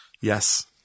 Yes